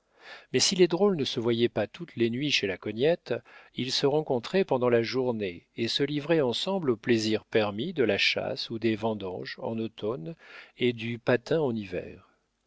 mais si les drôles ne se voyaient pas toutes les nuits chez la cognette ils se rencontraient pendant la journée et se livraient ensemble aux plaisirs permis de la chasse ou des vendanges en automne et du patin en hiver